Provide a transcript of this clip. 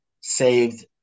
saved